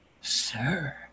Sir